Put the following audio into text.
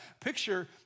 picture